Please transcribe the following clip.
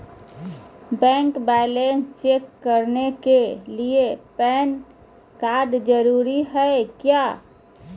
Bank balance check करने के लिए पैन कार्ड जरूरी है क्या?